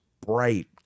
bright